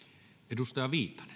arvoisa